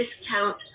discount